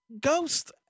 ghost